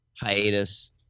hiatus